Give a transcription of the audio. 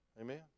Amen